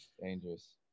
dangerous